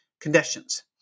Conditions